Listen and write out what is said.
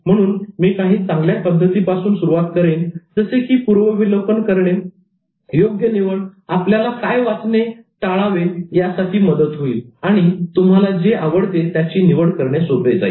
म्हणून मी काही चांगल्या पद्धती पासून सुरुवात करेन जसे की पूर्वावलोकन योग्य निवड आपल्याला काय वाचणे टाळावे यासाठी मदत होईल आणि तुम्हाला जे आवडते त्याची निवड करणे सोपे जाईल